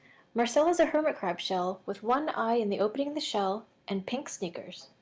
marcel is a hermit crab shell with one eye in the opening of the shell and pink sneakers.